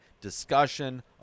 discussion